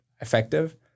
effective